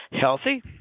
healthy